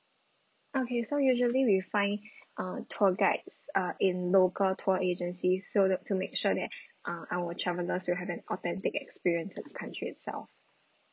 okay so usually we find uh tour guides uh in local tour agencies so to make sure that uh our travelers will have an authentic experience in the country itself